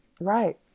Right